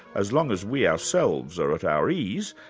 as long as we ourselves are at our ease,